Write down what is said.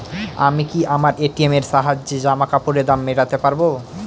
আমি কি আমার এ.টি.এম এর সাহায্যে জামাকাপরের দাম মেটাতে পারব?